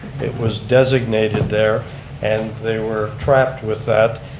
it was designated there and they were trapped with that.